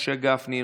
משה גפני,